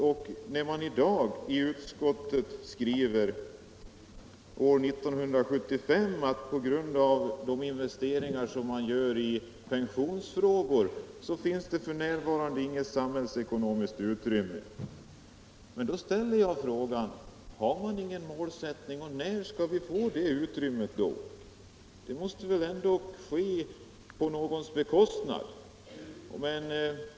169 När utskottet i dag, år 1975, skriver att på grund av de investeringar som sker i fråga om rörlig pensionsålder finns det för närvarande inget samhällsekonomiskt utrymme för en arbetstidsreform, ställer jag frågan: Har man ingen målsättning? Och när skall vi få utrymme för en sådan reform? Det måste väl ändå ske på någons bekostnad.